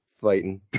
fighting